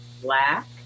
Black